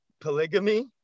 Polygamy